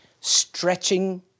stretching